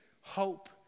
hope